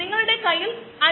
അതായത് ഉൽപന്നം ഉണ്ടാകാൻ